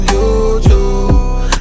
YouTube